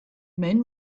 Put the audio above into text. men